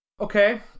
Okay